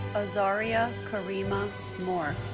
azariah karema moore